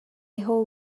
whole